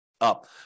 up